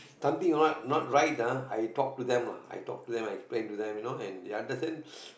something not not right ah I talk to them lah I talk to them I explain to them you know and they understand